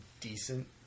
decent